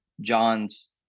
John's